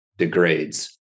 Degrades